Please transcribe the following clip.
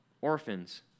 orphans